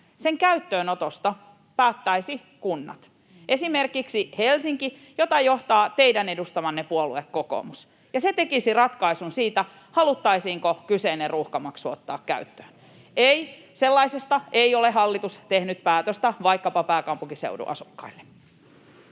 sen käyttöönotosta päättäisivät kunnat, esimerkiksi Helsinki, jota johtaa teidän edustamanne puolue kokoomus, ja ne tekisivät ratkaisun siitä, haluttaisiinko kyseinen ruuhkamaksu ottaa käyttöön. Ei, sellaisesta ei ole hallitus tehnyt päätöstä vaikkapa pääkaupunkiseudun asukkaille.